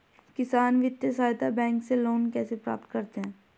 किसान वित्तीय सहायता बैंक से लोंन कैसे प्राप्त करते हैं?